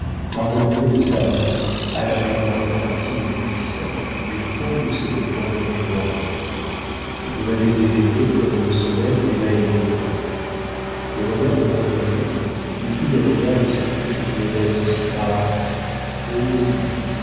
m'a relevée de sa main à la fois enfantine et puissante du fond de cette tombe où je dormais vous m'avez éveillée comme le soleil éveille les fleurs le regard de votre aimée n'est plus le regard de cette petite modeste si hardie oh non